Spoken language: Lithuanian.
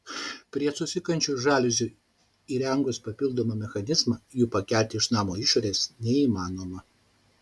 prie susisukančiųjų žaliuzių įrengus papildomą mechanizmą jų pakelti iš namo išorės neįmanoma